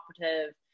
operative